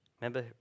Remember